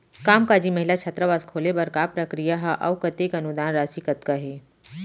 कामकाजी महिला छात्रावास खोले बर का प्रक्रिया ह अऊ कतेक अनुदान राशि कतका हे?